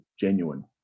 genuine